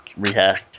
rehacked